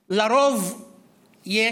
לרוב יש